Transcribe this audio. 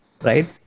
right